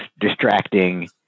distracting